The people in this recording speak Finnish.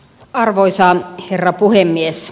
arvoisa herra puhemies